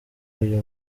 uyu